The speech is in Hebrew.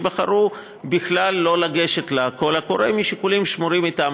היו רשתות שבחרו לא לגשת בכלל לקול הקורא משיקולים השמורים אתן.